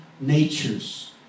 natures